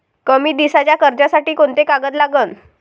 कमी दिसाच्या कर्जासाठी कोंते कागद लागन?